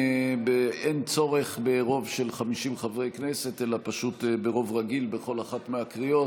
אין צורך ברוב של 50 חברי כנסת אלא פשוט ברוב רגיל בכל אחת מהקריאות,